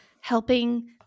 helping